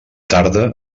tarda